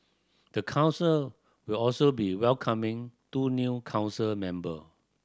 the council will also be welcoming two new council member